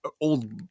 old